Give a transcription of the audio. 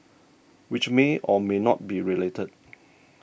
which may or may not be related